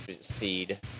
seed